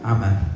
Amen